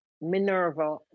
Minerva